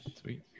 Sweet